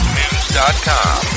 news.com